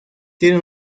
tiene